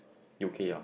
u_k ah